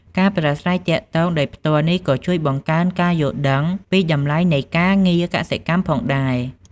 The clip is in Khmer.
ការប្រាស្រ័យទាក់ទងដោយផ្ទាល់នេះក៏ជួយបង្កើនការយល់ដឹងពីតម្លៃនៃការងារកសិកម្មផងដែរ។